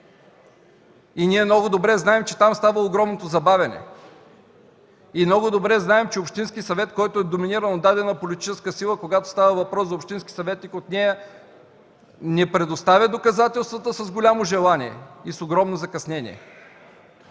Ние много добре знаем, че става огромното забавяне. И много добре знаем, че общинският съвет, който е доминиран от дадена политическа сила, когато става въпрос за общински съветник от нея, не предоставя доказателствата с голямо желание и с огромно закъснение.